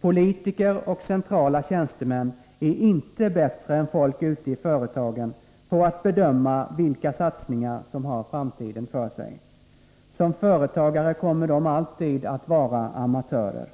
Politiker och centrala tjänstemän är inte bättre än folk ute i företagen på att bedöma vilka satsningar som har framtiden för sig. Som företagare kommer de alltid att vara amatörer.